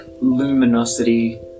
luminosity